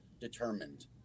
determined